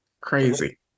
crazy